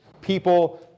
people